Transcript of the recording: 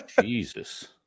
Jesus